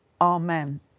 Amen